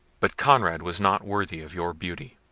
but conrad was not worthy of your beauty.